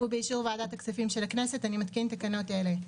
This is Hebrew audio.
ובאישור ועדת הכספים של הכנסת אני מתקין תקנות אלה: